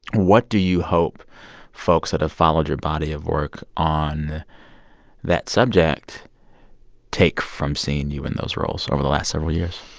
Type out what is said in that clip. what do you hope folks that have followed your body of work on that subject take from seeing you in those roles over the last several years?